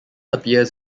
appears